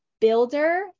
builder